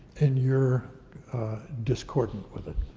and you're discordant with it.